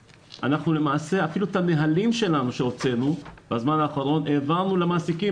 אפילו את הנהלים שהוצאנו בזמן האחרון העברנו למעסיקים,